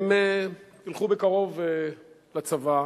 הם ילכו בקרוב לצבא,